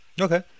Okay